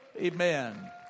Amen